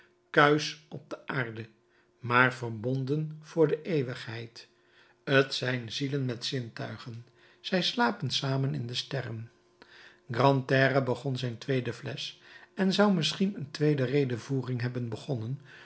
kuisch op de aarde maar verbonden voor de eeuwigheid t zijn zielen met zintuigen zij slapen samen in de sterren grantaire begon zijn tweede flesch en zou misschien een tweede redevoering hebben begonnen